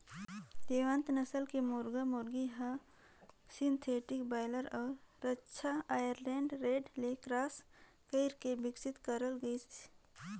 देवेंद नसल के मुरगा मुरगी हर सिंथेटिक बायलर अउ रद्दा आइलैंड रेड ले क्रास कइरके बिकसित करल गइसे